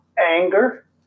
anger